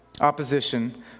opposition